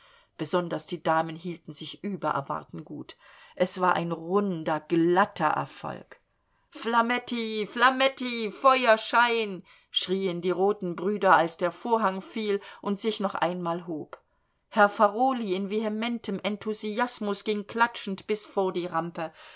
besonders die damen hielten sich über erwarten gut es war ein runder glatter erfolg flametti flametti feuerschein schrieen die roten brüder als der vorhang fiel und sich noch einmal hob herr farolyi in vehementem enthusiasmus ging klatschend bis vor die rampe